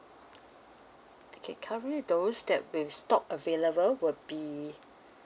okay currently those that with stock available will be